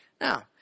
Now